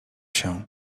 się